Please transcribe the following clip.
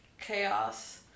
chaos